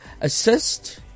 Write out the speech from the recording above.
assist